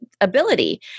Ability